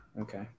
Okay